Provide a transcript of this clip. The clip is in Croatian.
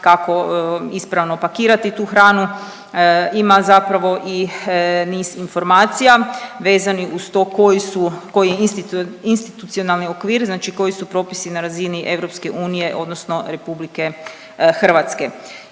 kako ispravno pakirati tu hranu ima zapravo i niz informacija vezanih uz to koji institucionalni okvir znači koji su propisi na razini EU odnosno RH. I ovaj